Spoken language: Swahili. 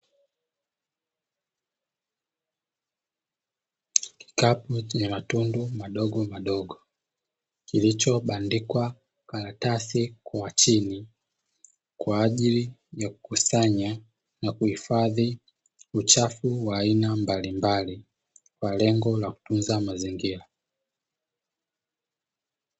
Kikapu kina matundu madogomadogo, kilichobandikwa karatasi kua chini kwa ajili ya kukusanya na kuhifadhi uchafu wa aina mbalimbali, kwa lengo la kutunza mazingira.